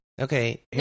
Okay